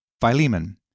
Philemon